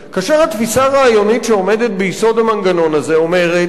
כאשר התפיסה הרעיונית שעומדת ביסוד המנגנון הזה אומרת,